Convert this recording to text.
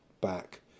back